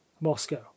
moscow